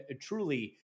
Truly